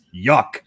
Yuck